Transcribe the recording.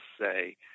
say